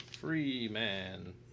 Freeman